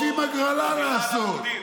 רוצים הגרלה לעשות,